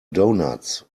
donuts